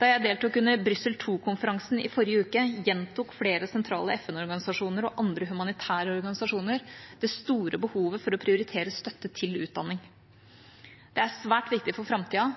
Da jeg deltok under Brussel II-konferansen i forrige uke, gjentok flere sentrale FN-organisasjoner og andre humanitære organisasjoner det store behovet for å prioritere støtte til utdanning. Det er svært viktig for framtida,